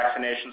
vaccinations